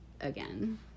again